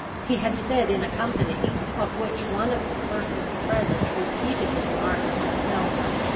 he had said in a company, of which one of the persons present repeated his remarks to miss melville,